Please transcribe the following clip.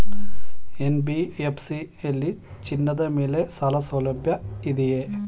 NBFC ಯಲ್ಲಿ ಚಿನ್ನದ ಮೇಲೆ ಸಾಲಸೌಲಭ್ಯ ಇದೆಯಾ?